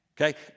okay